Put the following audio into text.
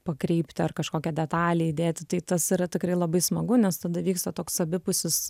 pakreipti ar kažkokią detalę įdėti tai tas yra tikrai labai smagu nes tada vyksta toks abipusis